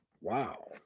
Wow